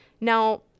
Now